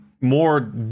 more